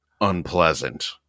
unpleasant